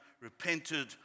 repented